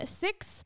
six